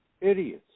Idiots